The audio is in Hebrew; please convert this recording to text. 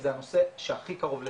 כי זה הנושא שהכי קרוב לליבם,